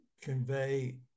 convey